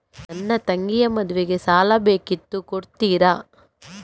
ನನ್ನ ತಂಗಿಯ ಮದ್ವೆಗೆ ಸಾಲ ಬೇಕಿತ್ತು ಕೊಡ್ತೀರಾ?